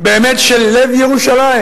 באמת של לב ירושלים